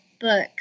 book